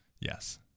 Yes